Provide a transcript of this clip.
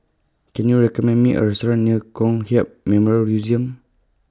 Can YOU recommend Me A Restaurant near Kong Hiap Memory Museum